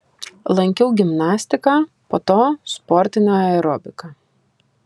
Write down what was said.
lankiau gimnastiką po to sportinę aerobiką